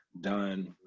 done